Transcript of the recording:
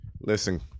Listen